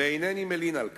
ואינני מלין על כך.